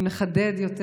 אם לחדד יותר,